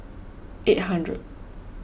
eight hundred